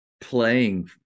playing